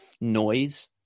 noise